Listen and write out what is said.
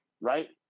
Right